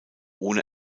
ohne